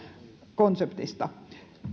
konseptista